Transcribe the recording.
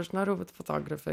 aš noriu būt fotografe